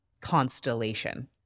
constellation